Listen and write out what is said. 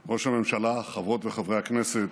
הממשלה, חברות וחברי הכנסת,